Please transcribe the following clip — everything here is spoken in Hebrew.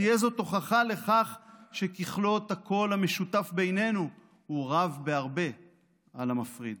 תהיה זו הוכחה לכך שככלות הכול המשותף בינינו הוא רב בהרבה על המפריד.